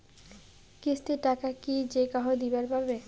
কিস্তির টাকা কি যেকাহো দিবার পাবে?